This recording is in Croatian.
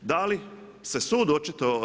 Da li se sud očitovao?